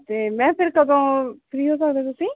ਅਤੇ ਮੈਮ ਫਿਰ ਕਦੋਂ ਫਰੀ ਹੋ ਸਕਦੇ ਤੁਸੀਂ